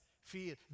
fear